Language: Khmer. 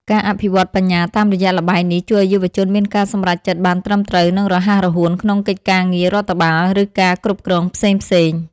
ការអភិវឌ្ឍបញ្ញាតាមរយៈល្បែងនេះជួយឱ្យយុវជនមានការសម្រេចចិត្តបានត្រឹមត្រូវនិងរហ័សរហួនក្នុងកិច្ចការងាររដ្ឋបាលឬការគ្រប់គ្រងផ្សេងៗ។